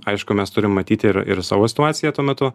aišku mes turim matyti ir ir savo situaciją tuo metu